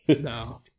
No